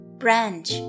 branch